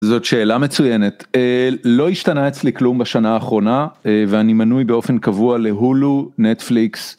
זאת שאלה מצוינת לא השתנה אצלי כלום בשנה האחרונה ואני מנוי באופן קבוע להולו, נטפליקס.